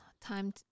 time